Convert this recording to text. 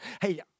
Hey